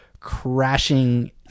crashing